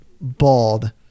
bald